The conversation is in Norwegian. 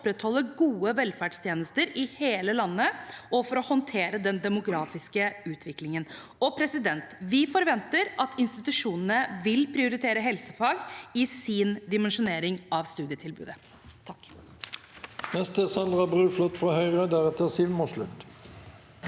for å opprettholde gode velferdstjenester i hele landet, og for å håndtere den demografiske utviklingen. Vi forventer at institusjonene vil prioritere helsefag i sin dimensjonering av studietilbudet. Sandra